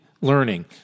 learning